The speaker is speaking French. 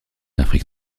afrique